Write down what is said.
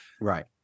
Right